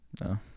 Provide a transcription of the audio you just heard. No